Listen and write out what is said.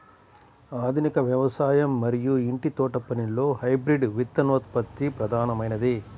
ఆధునిక వ్యవసాయం మరియు ఇంటి తోటపనిలో హైబ్రిడ్ విత్తనోత్పత్తి ప్రధానమైనది